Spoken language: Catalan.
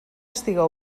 estiga